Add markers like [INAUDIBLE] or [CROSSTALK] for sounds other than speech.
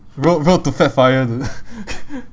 road road to fat FIRE dude [LAUGHS]